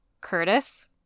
Curtis